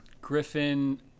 Griffin